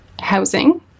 housing